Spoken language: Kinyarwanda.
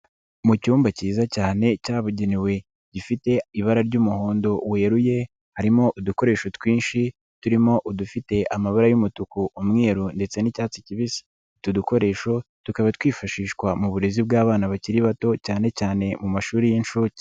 Mu cyumba kiza cyane cyabugenewe gifite ibara ry'umuhondo weruye harimo udukoresho twinshi turimo udufite amabara y'umutuku, umweru ndetse n'icyatsi kibisi, utu dukoresho tukaba twifashishwa mu burezi bw'abana bakiri bato cyane cyane mu mashuri y'inshuke.